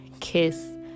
kiss